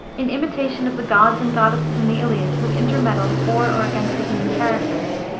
in imitation of the gods and goddesses in the iliad, who intermeddle for or against the human characters,